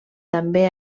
també